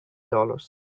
dollars